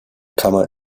kammer